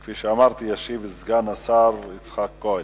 כפי שאמרתי, ישיב סגן השר יצחק כהן.